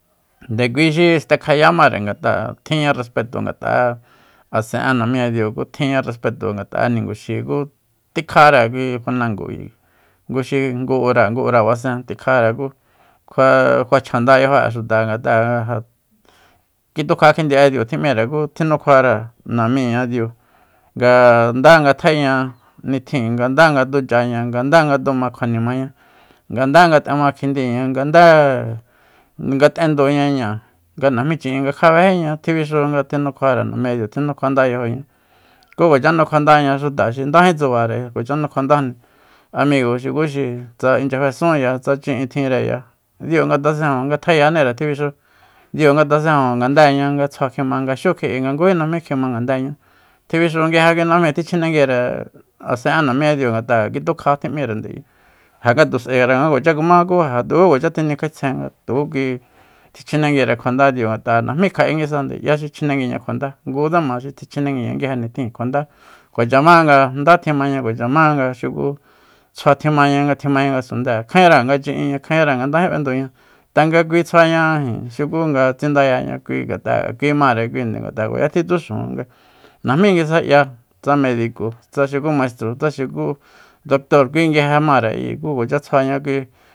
Ndekui xi stekjayamare ngat'a tjinña respeto ngat'a'e asen'e namiñadiu ku tjinña respeto ngat'a'e ninguxi ku tikjare kui fanango ayi nguxi ngu ura ngu ura basen tsikjaya ku kjuachjanda yajo'e xuta ngat'a'e ja kitukja kjindi'e diu tjim'íre ku tinukjuare namiñadiu nga ndanga tja'aña nitjin nga nda ngatuchaña nga ndangatuma kjuanimaña nga ndanga t'ema kjindiña ngandanga t'enduñañáa nga najmí nga chi'in nga kjabéjíña tjibixu nga tjinukjuare namiñadiu kjuanda yajoña ku kuacha nukjuandaña xuta xi ndají tsubare kuacha nukjuandajni amigo xukuxi tsa inchya fesúnya tsa chi'in tjinreya diu ngatasenju nga tjayanire tjibixu diu nga tasenju ngadeñá nga tsjua kjima nga xiu kji'i ngují najmí kjima ngandéeña tjibixu nguije kui najmíi tjichjenenguire asen'e namiña diu ngat'a kitukja tji'mírende ayi ja ngatus'aera nga kuacha kuma ku ja tuku kuacha tjinikjaetsjen tukukui tichjenenguire kjua ndá diu ngat'a najmí kja'é nguisa 'ya xi chjinenguiña kjuandá ngutsema xi tichjenenguiña nguije nitjin kjuandá kuacha ma nga ndá tjimaña kuachama nga xuku tsjua tjimaña nga tjimaña ngasundée kjaenra nga chi'inña kjaenra nga ndají b'enduña tanga kui tsjuaña ijin xuku nga tsindayaña kui ngat'a nga kui mare kuinde ngat'a kuacha tjitsu xujun nga najmí nguisa 'ya tsa mediko tsa xuku maistro tsa xukú doctor kui nguije mare ayi nga tsjuaña kui